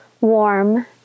warm